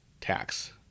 tax